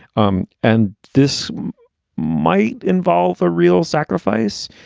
um and this might involve a real sacrifice.